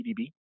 PDB